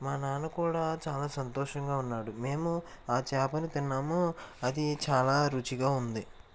మా నాన్న కూడా చాలా సంతోషంగా ఉన్నాడు మేము ఆ చేపను తిన్నాము అది చాలా రుచిగా ఉంది